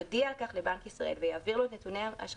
יודיע על כך לבנק ישראל ויעביר לו את נתוני האשראי